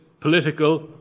political